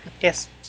Yes